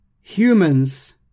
humans